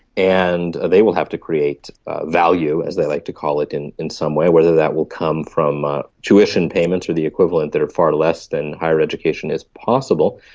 and they will have to create value, as they like to call it, in in some way, whether that will come from ah tuition payments or the equivalent that are far less than higher education is possible.